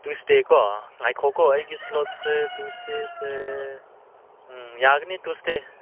ꯇ꯭ꯌꯨꯁꯗꯦꯀꯣ ꯉꯥꯏꯈꯣꯀꯣ ꯑꯩꯒꯤ ꯏꯁꯂꯣꯠꯁꯦ ꯇ꯭ꯌꯨꯁꯗꯦꯁꯦ ꯌꯥꯒꯅꯤ ꯇ꯭ꯌꯨꯁꯗꯦ